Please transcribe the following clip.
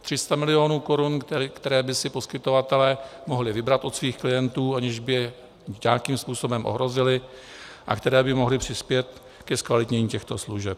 300 milionů korun, které by si poskytovatelé mohli vybrat od svých klientů, aniž by je nějakým způsobem ohrozili, a které by mohly přispět ke zkvalitnění těchto služeb.